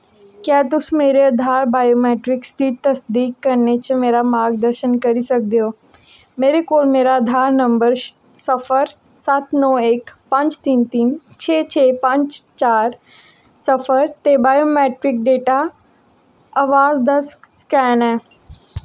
क्या तुस मेरे आधार बायोमेट्रिक्स दी तसदीक करने च मेरा मार्गदर्शन करी सकदे ओ मेरे कोल मेरा आधार नंबर सिफर सत्त नौ इक पंज तिन्न तिन्न छे छे पंज चार सिफर ते बायोमेट्रिक डेटा अबाज दा स्कैन ऐ